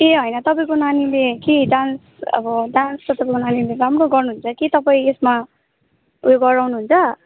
ए होइन तपाईँको नानीले के डान्स अब डान्स तपाईँको नानीले राम्रो गर्नुहुन्छ के तपाईँ यसमा उयो गराउनुहुन्छ